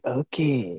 okay